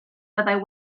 fyddai